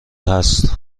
هست